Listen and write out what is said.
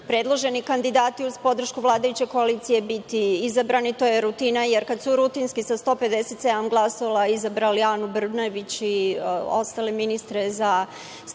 predloženi kandidati uz podršku vladajuće koalicije biti izabrani, to je rutina, jer kad su rutinski sa 157 glasova izabrali Anu Brnabić i ostale ministre za staru-novu